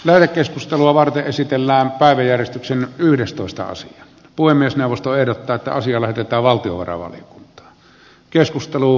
meillä keskustelua varten esitellään päiväjärjestyksen yhdestoista osa puhemiesneuvosto ehdottaa että asia lähetetään valtiovarainvaliokuntaan